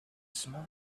small